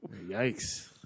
yikes